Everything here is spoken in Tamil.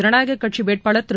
ஜனநாயக கட்சி வேட்பாளர் திரு